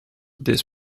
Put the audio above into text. this